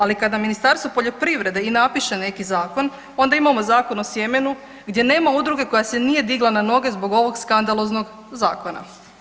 Ali kada Ministarstvo poljoprivrede i napiše neki zakon onda imamo Zakon o sjemenu gdje nema udruge koja se nije digla na noge zbog ovog skandaloznog zakona.